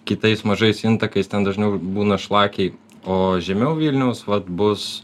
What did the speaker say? kitais mažais intakais ten dažniau būna šlakiai o žemiau vilniaus vat bus